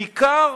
בעיקר